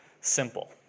simple